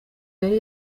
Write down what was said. yari